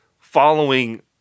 following